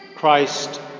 Christ